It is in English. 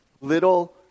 Little